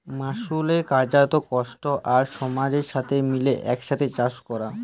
মালুসের কার্যত, কষ্ট আর সমাজের সাথে মিলে একসাথে চাস ক্যরা